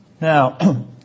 Now